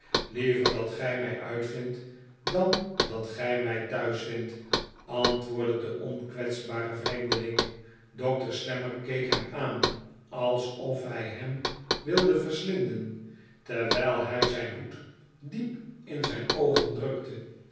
liever dat gij mij uitvindt dan dat gij mij thuis vindt antwoordde de onkwetsbare vreemdeling dokter slammer keek hem aan alsof hij hem wilde verslinden terwijl hij zijn hoed d iep in zijn oogen drukte